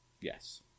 Yes